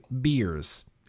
beers